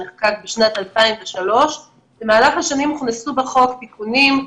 שנחקק בשנת 2003. במהלך השנים הוכנסו בחוק תיקונים,